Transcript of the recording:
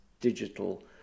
digital